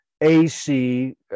ac